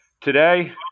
Today